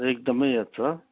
एकदमै याद छ